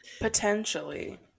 potentially